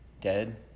dead